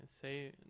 say